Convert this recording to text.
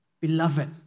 Beloved